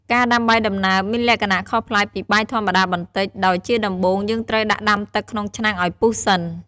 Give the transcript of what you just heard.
ការដាំបាយដំណើបមានលក្ខណៈខុសប្លែកពីបាយធម្មតាបន្តិច ដោយជាដំបូងយើងត្រូវដាក់ដាំទឹកក្នុងឆ្នាំងឱ្យពុះសិន។